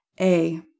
A-